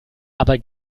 aber